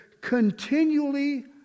continually